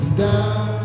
down